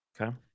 Okay